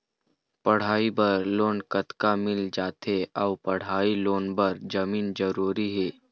पढ़ई बर लोन कतका मिल जाथे अऊ पढ़ई लोन बर जमीन जरूरी हे?